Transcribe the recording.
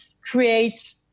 create